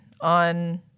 on –